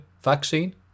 vaccine